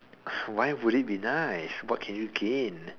why would it be nice what can you gain